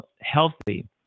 healthy